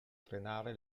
frenare